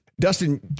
Dustin